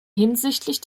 hinsichtlich